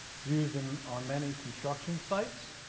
it's used um on many construction sites.